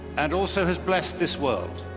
and also has blessed this world.